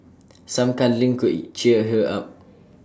some cuddling could cheer her up